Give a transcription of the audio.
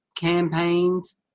campaigns